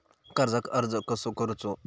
कर्जाक अर्ज कसो करूचो?